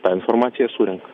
tą informaciją surenka